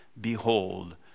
Behold